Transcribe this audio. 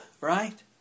right